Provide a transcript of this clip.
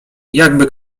jakby